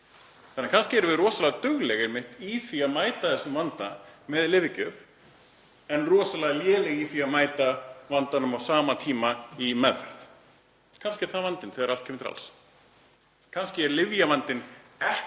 Kannski erum við rosalega dugleg í því að mæta þessum vanda með lyfjagjöf en rosalega léleg í því að mæta vandanum á sama tíma í meðferð. Kannski er það vandinn þegar allt kemur til alls. Kannski er lyfjavandinn